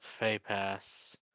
feypass